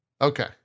okay